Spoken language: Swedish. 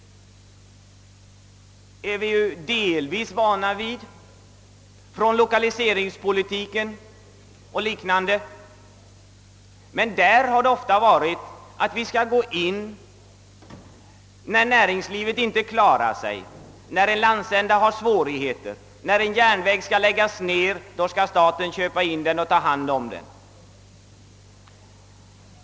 Vi är ju delvis vana vid sådant då det gäller lokaliseringspolitik och liknande. Då har det emellertid ofta gällt att ingripa när näringslivet inte klarat sig och när en landsända har svårigheter. Och då en järnväg skall läggas ned har staten tagit hand om den.